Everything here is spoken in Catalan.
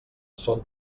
són